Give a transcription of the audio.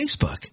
Facebook